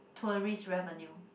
tourist revenue